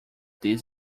this